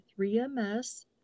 3MS